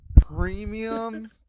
premium